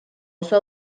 oso